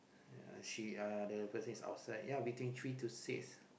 ya she uh the person is outside ya between three to six